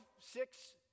six